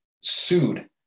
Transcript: sued